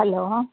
hello